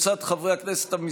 חברי חבר הכנסת עודד פורר,